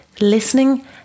listening